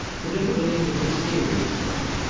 the difficulty was a serious one.